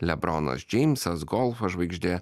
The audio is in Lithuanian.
lebronas džeimsas golfo žvaigždė